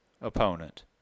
opponent